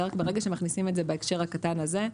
ברגע שמכניסים את זה בהקשר הקטן הזה,